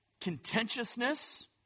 contentiousness